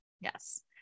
Yes